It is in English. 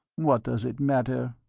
what does it matter?